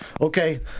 Okay